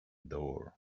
door